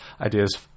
ideas